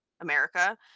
america